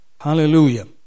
Hallelujah